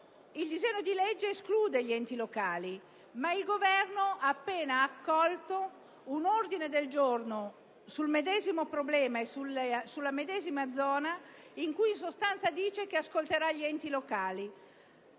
il disegno di legge esclude gli enti locali, ma il Governo ha appena accolto un ordine del giorno sul medesimo problema e riferito alla stessa zona in cui in sostanza afferma che ascolterà gli enti locali.